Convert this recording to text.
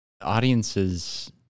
Audiences